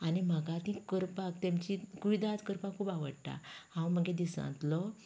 आनी म्हाका ती करपाक तेंमची कुयदाद करपाक खूब आवडटा हांव मागीर दिसांतलो एक